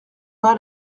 pas